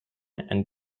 and